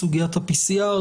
סוגיית ה-PCR,